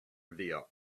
via